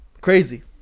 Crazy